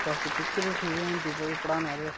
बाकी टीचर बी ठीक हे हिंदी पढ़ाने आह्ले